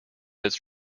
its